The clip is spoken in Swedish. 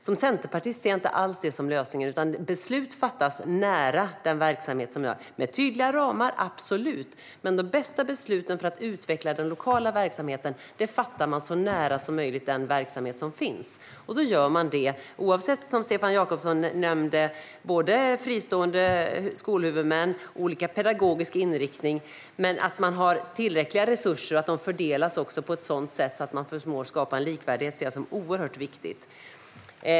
Som centerpartist ser jag dock inte alls detta som lösningen. Beslut fattas nära verksamheten, absolut med tydliga ramar. Men de bästa besluten för att utveckla den lokala verksamheten fattar man så nära som möjligt den verksamhet som finns. Detta kan, som Stefan Jakobsson nämnde, röra sig om fristående skolhuvudmän och olika pedagogiska inriktningar, men att man har tillräckliga resurser och att dessa fördelas på ett sådant sätt att man förmår skapa en likvärdighet ser jag som oerhört viktigt.